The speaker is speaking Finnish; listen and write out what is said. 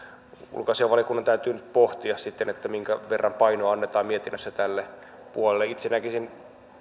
ulkoasiainvaliokunnan täytyy nyt pohtia sitten minkä verran painoa annetaan mietinnössä tälle puolelle itse näkisin